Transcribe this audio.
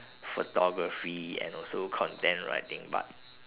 photography and also content writing but